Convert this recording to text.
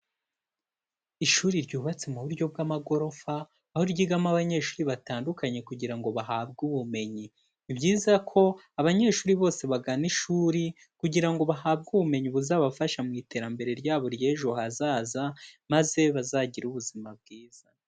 Ishuri ryubatse mu buryo bw'amagorofa aho ryigamo abanyeshuri batandukanye kugira ngo bahabwe ubumenyi, ni byiza ko abanyeshuri bose bagana ishuri kugira ngo bahabwe ubumenyi buzabafasha mu iterambere ryabo ry'ejo hazaza maze bazagire ubuzima bwiza.